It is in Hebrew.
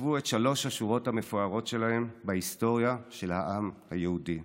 כתבו את שלוש השורות המפוארות שלהם בהיסטוריה של העם היהודי.